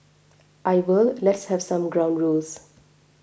I will let's have some ground rules